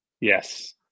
Yes